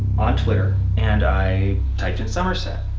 on twitter and i typed in somerset.